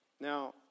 Now